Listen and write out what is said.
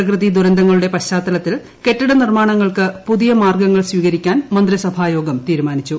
പ്രകൃതി ദുരന്തങ്ങളുടെ പശ്ചാത്തലത്തിൽ കെട്ടിടനിർമ്മാണങ്ങൾക്ക് പുതിയ മാർഗ്ഗങ്ങൾ സ്വീകരിക്കാൻ മന്ത്രിസഭാ യോഗം തീരുമാനിച്ചു